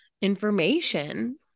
information